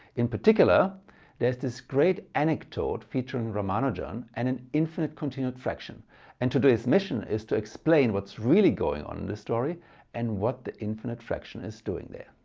in particular there is this great anecdote featuring ramanujan and an infinite continued fraction and today's mission is to explain what's really going on in the story and what the infinite fraction is doing there.